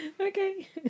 okay